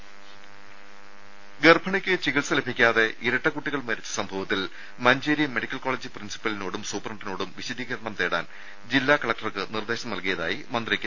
ദേദ ഗർഭിണിയ്ക്ക് ചികിത്സ ലഭിക്കാതെ ഇരട്ടക്കുട്ടികൾ മരിച്ച സംഭവത്തിൽ മഞ്ചേരി മെഡിക്കൽ കോളേജ് പ്രിൻസിപ്പലിനോടും സൂപ്രണ്ടിനോടും വിശദീകരണം തേടാൻ ജില്ലാ കലക്ടർക്ക് നിർദ്ദേശം നൽകിയതായി മന്ത്രി കെ